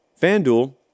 FanDuel